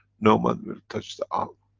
no man will touch the arm.